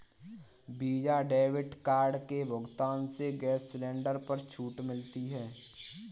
visa debit card के भुगतान से गैस सिलेंडर पर छूट मिलती है